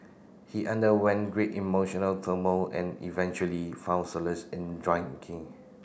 he underwent great emotional turmoil and eventually found solace in